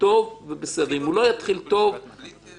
הם לא יסכימו?